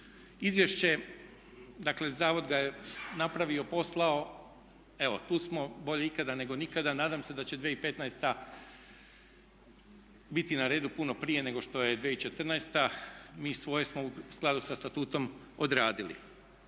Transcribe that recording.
Izvješće, dakle zavod ga je napravio i poslao, evo tu smo. Bolje ikada nego nikada. Nadam se da će 2015. biti na redu puno prije nego što je 2014. Mi svoje smo u skladu sa statutom odradili,